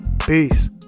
Peace